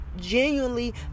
genuinely